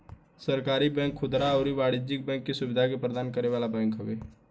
सहकारी बैंक खुदरा अउरी वाणिज्यिक बैंकिंग के सुविधा प्रदान करे वाला बैंक हवे